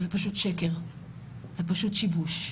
וזה פשוט שקר, זה פשוט שיבוש.